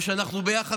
וכשאנחנו ביחד,